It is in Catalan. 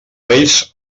vells